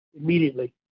immediately